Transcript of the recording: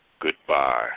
Goodbye